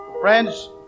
Friends